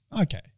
Okay